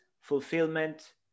fulfillment